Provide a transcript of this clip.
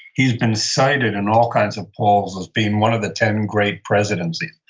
he's been cited in all kinds of polls as being one of the ten great presidents.